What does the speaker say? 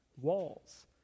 walls